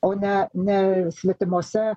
o ne ne svetimose